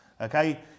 okay